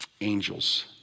angels